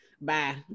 Bye